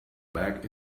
back